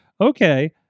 okay